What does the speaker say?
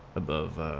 above